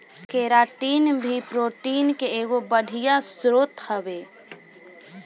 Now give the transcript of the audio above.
keratin भी protein के एगो बढ़िया स्रोत हवे